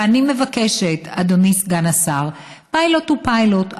ואני מבקשת, אדוני סגן השר, פיילוט הוא פיילוט.